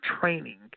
training